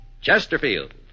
Chesterfield